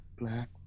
Black